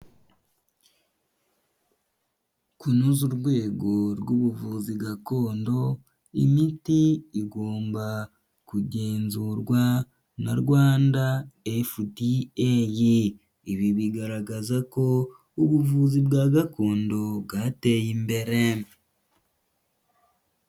Kunoza urwego rw'ubuvuzi gakondo imiti igomba kugenzurwa na Rwanda FDA, ibi bigaragaza ko ubuvuzi bwa gakondo bwateye imbere.